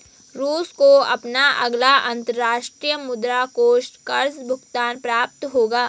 रूस को अपना अगला अंतर्राष्ट्रीय मुद्रा कोष कर्ज़ भुगतान प्राप्त होगा